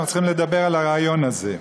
אנחנו צריכים לדבר על הרעיון הזה.